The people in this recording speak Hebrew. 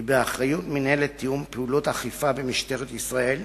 היא באחריות מינהלת תיאום פעולות אכיפה במשטרת ישראל,